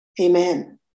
amen